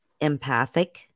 empathic